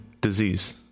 disease